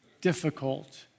difficult